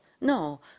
No